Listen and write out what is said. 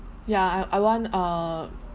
ya I I want err